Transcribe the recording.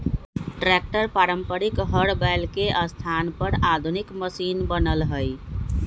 tractor पारम्परिक हर बैल के स्थान पर आधुनिक मशिन बनल हई